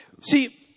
see